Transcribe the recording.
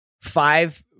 five